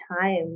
time